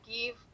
give